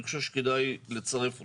אני חושב שכדאי לצרף אותם.